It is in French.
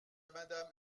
madame